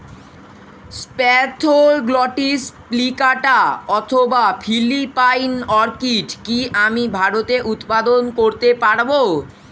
Spathoglottis plicata অথবা Philippine orchid কি আমি ভারতে উৎপাদন করতে পারবো?